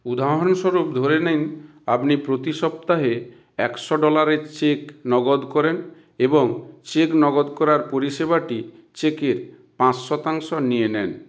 উদাহরণস্বরূপ ধরে নিন আপনি প্রতি সপ্তাহে একশো ডলারের চেক নগদ করেন এবং চেক নগদ করার পরিষেবাটি চেকের পাঁচ শতাংশ নিয়ে নেন